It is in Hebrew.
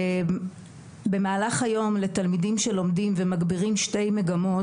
שבמהלך היום לתלמידים שלומדים ומגבירים שתי מגמות,